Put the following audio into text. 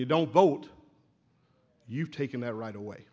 you don't vote you've taken that right away